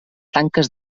tanques